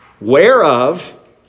Whereof